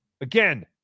Again